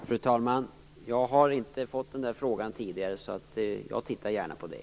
Fru talman! Jag har inte fått den frågan tidigare. Jag tittar gärna på det.